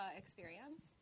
experience